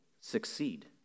succeed